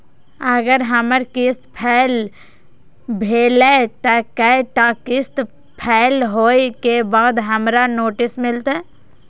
अगर हमर किस्त फैल भेलय त कै टा किस्त फैल होय के बाद हमरा नोटिस मिलते?